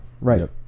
Right